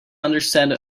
understand